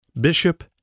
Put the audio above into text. Bishop